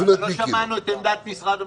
לא שמענו את עמדת משרד המשפטים,